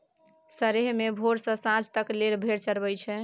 सरेह मे भोर सँ सांझ तक लेल भेड़ चरबई छै